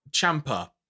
Champa